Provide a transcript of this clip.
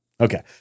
Okay